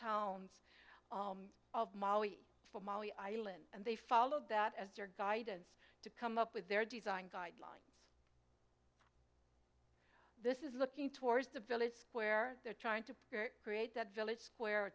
towns of mali for mali island and they followed that as their guidance to come up with their design guidelines this is looking towards the village square they're trying to create that village square